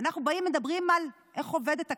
אנחנו מדברים על איך עובדת הכנסת,